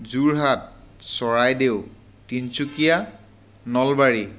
Jorhat Charaideo Tinsukia Nalbari